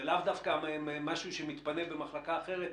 לאו דווקא משהו שמתפנה במחלקה אחרת,